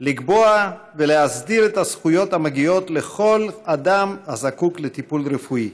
לקבוע ולהסדיר את הזכויות המגיעות לכל אדם הזקוק לטיפול רפואי,